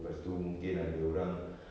lepas itu mungkin ada orang